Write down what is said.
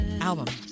album